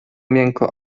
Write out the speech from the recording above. miękko